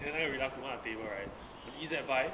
then 他有 rilakkuma 的 table right from E_Z buy